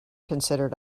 considered